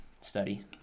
study